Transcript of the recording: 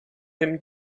him